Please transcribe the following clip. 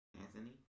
anthony